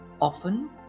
Often